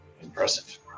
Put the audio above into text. Impressive